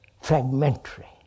fragmentary